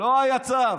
לא היה צו.